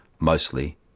Mostly